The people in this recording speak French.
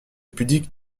pudique